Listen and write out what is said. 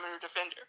defender